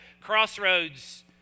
crossroads